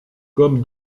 comme